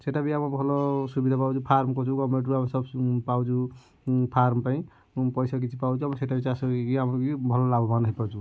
ସେଟା ବି ଆମେ ଭଲ ସୁବିଧା ପାଉଛୁ ଫାର୍ମ କରିଛୁ ଗର୍ମେଣ୍ଟରୁ ଆମେ ପାଉଛୁ ଫାର୍ମ ପାଇଁ ଏବଂ ପଇସା କିଛି ପାଉଛୁ ଆଉ ସେଟା ବି ଚାଷ କରିକି ଆମେ ବି ଭଲ ଲାଭବାନ ହୋଇପାରୁଛୁ